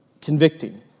convicting